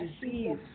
disease